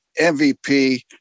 MVP